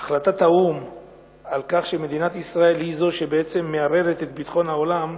החלטת האו"ם שמדינת ישראל היא זו שמערערת את ביטחון העולם,